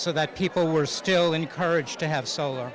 so that people were still encouraged to have so